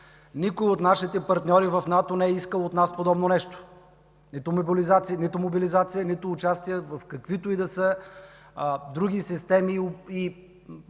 никой от нашите партньори от НАТО не е искал от нас подобно нещо: нито мобилизация, нито участие в каквито и да са други системи,